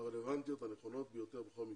הרלוונטיות הנכונות ביותר בכל מקרה.